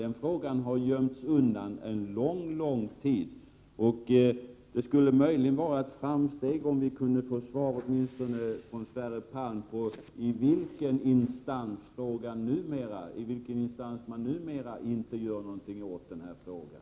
Den frågan har gömts undan en lång tid. Det skulle möjligen vara ett framsteg om vi av Sverre Palm kunde få veta i vilken instans det numera inte görs någonting åt den här frågan.